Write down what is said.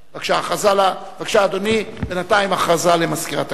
הכרזה למזכירת הכנסת.